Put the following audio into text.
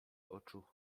oczu